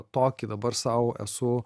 tokį dabar sau esu